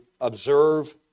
observe